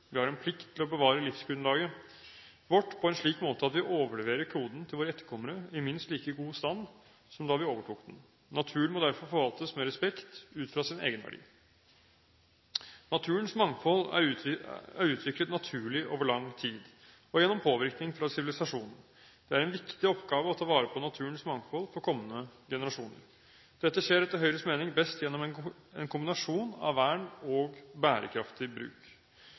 Vi har en plikt til å bevare livsgrunnlaget vårt på en slik måte at vi overleverer kloden til våre etterkommere i minst like god stand som da vi overtok den. Naturen må derfor forvaltes med respekt, ut fra sin egenverdi. Naturens mangfold er utviklet naturlig over lang tid og gjennom påvirkning fra sivilisasjonen. Det er en viktig oppgave å ta vare på naturens mangfold for kommende generasjoner. Dette skjer etter Høyres mening best gjennom en kombinasjon av vern og bærekraftig bruk.